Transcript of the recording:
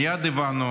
מייד הבנו